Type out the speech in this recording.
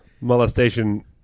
molestation